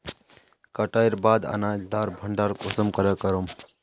कटाईर बाद अनाज लार भण्डार कुंसम करे करूम?